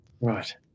right